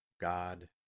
God